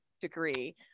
degree